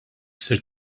ser